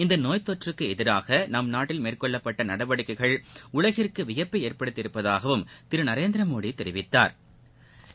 இந்த நோய் தொற்றுக்கு எதிராக நம் நாட்டில் மேற்கொள்ளப்பட்ட நடவடிக்கைகள் உலகிற்கு வியப்பை ஏற்படுத்தி இருப்பதாகவும் திரு நரேந்திரமோடி தெரிவித்தாா்